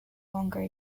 longer